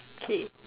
K